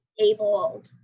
abled